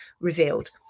revealed